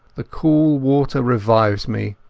the cool water revived me,